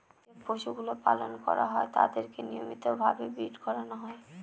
যে পশুগুলো পালন করা হয় তাদেরকে নিয়মিত ভাবে ব্রীড করানো হয়